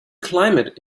climate